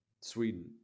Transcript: Sweden